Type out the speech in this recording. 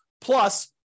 plus